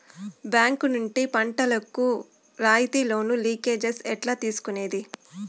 Bank నుండి పంటలు కు రాయితీ లోను, లింకేజస్ ఎట్లా తీసుకొనేది?